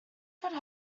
could